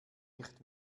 nicht